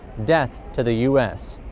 death to the u s.